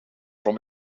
from